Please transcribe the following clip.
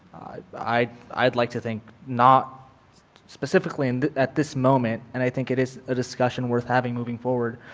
i'd i'd like to think not specifically and at this moment and i think it is a discussion worth having moving forward